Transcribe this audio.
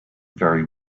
very